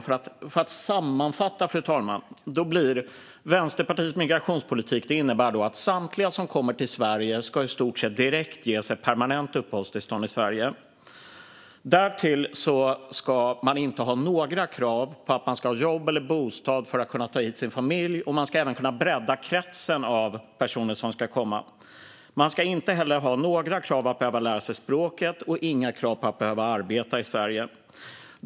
För att sammanfatta, fru talman, innebär Vänsterpartiets migrationspolitik att samtliga som kommer till Sverige i stort sett direkt ska ges ett permanent uppehållstillstånd här. Därtill ska det inte finnas några krav på att man ska ha jobb eller bostad för att kunna ta hit sin familj. Man ska även kunna bredda kretsen av personer som ska komma. Det ska inte heller finnas några krav på att lära sig språket eller några krav på att arbeta i Sverige.